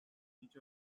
each